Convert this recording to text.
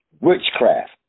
witchcraft